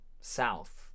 south